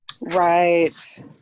Right